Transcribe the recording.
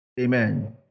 Amen